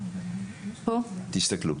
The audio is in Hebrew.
תסתכלו.